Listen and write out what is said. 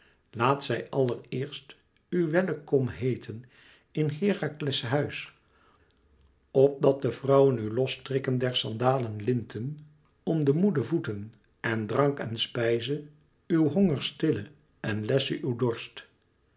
laat zij allereerst u wellekom heeten in herakles huis opdat de vrouwen u los strikken der sandalen linten om de moede voeten en drank en spijze uw honger stille en lessche uw dorst